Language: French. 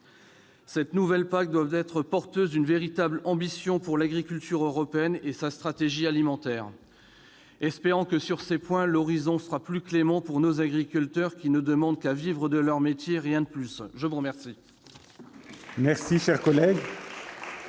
la nouvelle PAC, qui devra être porteuse d'une véritable ambition pour l'agriculture européenne et sa stratégie alimentaire. Espérons que, sur ces sujets, l'horizon sera plus clément pour nos agriculteurs, qui ne demandent qu'à vivre de leur métier, rien de plus ... La parole est à Mme Nicole